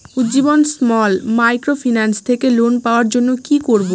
Ujjivan small microfinance থেকে loan পাওয়ার জন্য কি করব?